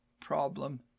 problem